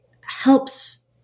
helps